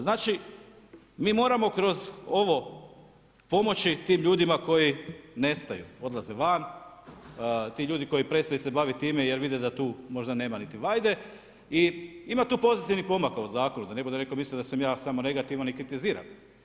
Znači, mi moramo kroz ovo pomoći tim ljudima koji nestaju, odlaze van, ti ljudi koji prestaju se baviti time jer vide da tu nema niti vajde i ima tu pozitivnih pomaka u Zakonu, da ne bude netko mislio da sam ja samo negativan i kritiziram.